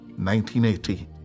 1980